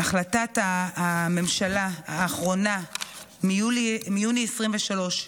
שהחלטת הממשלה האחרונה מיוני 2023,